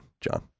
John